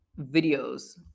videos